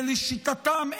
כי לשיטתם,